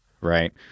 right